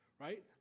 right